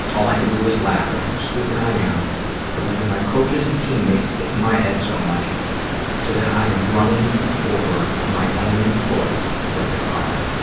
all i can do is laugh at how stupid i am for letting my coaches and teammates get in my head so much so that i am running over my own foot with a car.